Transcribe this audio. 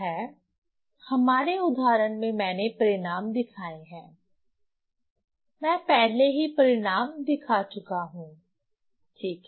हमारे उदाहरण में मैंने परिणाम दिखाए हैं मैं पहले ही परिणाम दिखा चुका हूं ठीक है